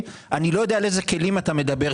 אני לא ידוע על איזה כלים אתה מדבר.